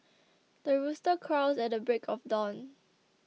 the rooster crows at the break of dawn